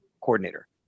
coordinator